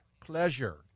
pleasure